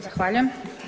Zahvaljujem.